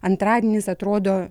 antradienis atrodo